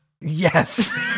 Yes